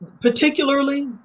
Particularly